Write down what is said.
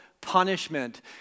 punishment